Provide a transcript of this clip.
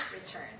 return